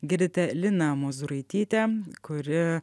girdite liną mozūraitytę kuri